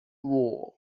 war